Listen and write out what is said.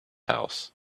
house